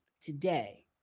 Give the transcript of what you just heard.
today